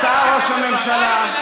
הם מקשיבים לך,